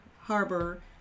harbor